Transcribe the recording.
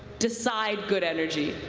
decide good energy.